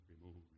removed